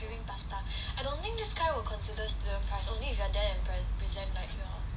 craving pasta I don't think this kind will consider student price only if you're there and pre~ present like your